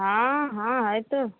हाँ हाँ है तो